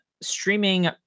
streaming